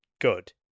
good